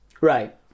Right